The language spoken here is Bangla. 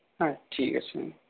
হ্যাঁ ঠিক আছে ম্যাম